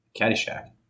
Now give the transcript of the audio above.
caddyshack